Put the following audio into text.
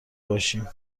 باشیم